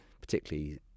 particularly